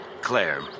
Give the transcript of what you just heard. Claire